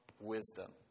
wisdom